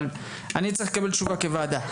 אבל אני צריך לקבל תשובה כוועדה.